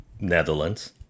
Netherlands